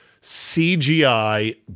CGI